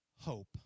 hope